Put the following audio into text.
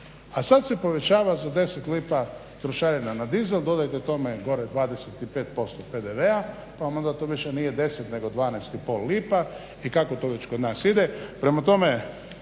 a sad se povećava za 10 lipa trošarina za dizel. Dodajte tome 25% PDV-a pa vam to onda više nije deset nego 12 i pol lipa i kako to već kod nas ide.